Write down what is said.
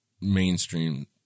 mainstream